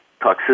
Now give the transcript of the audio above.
toxicity